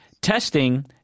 testing